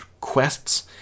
quests